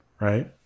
Right